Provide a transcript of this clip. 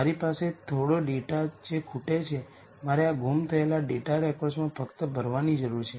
મારી પાસે થોડો ડેટા છે જે ખૂટે છે મારે આ ગુમ થયેલ ડેટા રેકોર્ડ્સમાં ફક્ત ભરવાની જરૂર છે